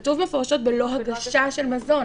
כתוב מפורשות בלא הגשה של מזון.